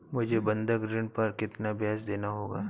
मुझे बंधक ऋण पर कितना ब्याज़ देना होगा?